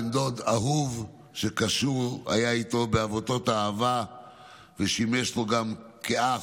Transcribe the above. בן דוד אהוב שקשור היה איתו בעבותות אהבה ושימש לו גם כאח,